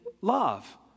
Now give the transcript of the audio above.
love